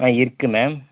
ஆ இருக்கு மேம்